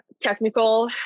technical